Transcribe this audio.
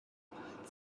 映射